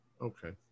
Okay